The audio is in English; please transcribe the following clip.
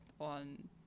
on